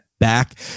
back